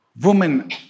Woman